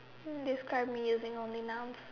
um describe me only using nouns